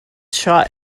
shot